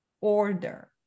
order